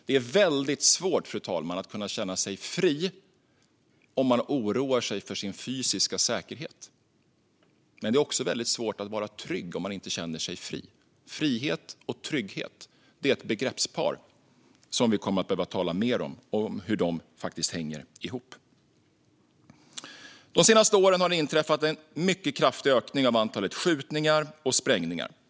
Det är väldigt svårt att kunna känna sig fri om man oroar sig för sin fysiska säkerhet. Men det är också väldigt svårt att vara trygg om man inte känner sig fri. Frihet och trygghet är ett begreppspar som vi kommer att behöva tala mer om hur de hänger ihop. De senaste åren har det inträffat en mycket kraftig ökning av antalet skjutningar och sprängningar.